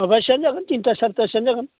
माबासोआनो जागोन थिन्ता सारिथासोआनो जागोन